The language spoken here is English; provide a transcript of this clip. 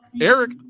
Eric